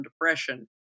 depression